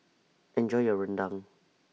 Enjoy your Rendang